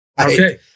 Okay